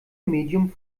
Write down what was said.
medium